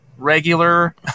regular